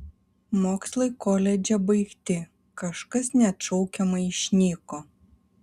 mokslai koledže baigti kažkas neatšaukiamai išnyko